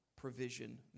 provision